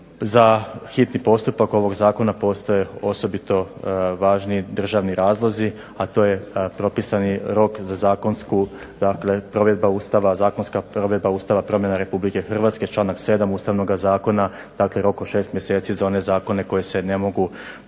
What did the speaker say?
Za hitni postupak ovog zakona postoje osobito važni državni razlozi, a to je propisani rok za zakonsku, provedba Ustava, zakonska provedba Ustava, promjena Republike Hrvatske, članak 7. Ustavnoga zakona, dakle rok od 6 mjeseci za one zakone koji se ne mogu